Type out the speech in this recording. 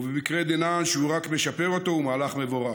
ובמקרה דנן הוא רק משפר אותו, הוא מהלך מבורך.